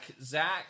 Zach